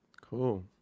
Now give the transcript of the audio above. cool